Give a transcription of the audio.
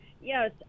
Yes